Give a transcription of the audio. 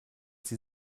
sie